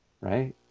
right